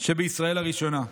שבישראל הראשונה.